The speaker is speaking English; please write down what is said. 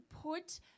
put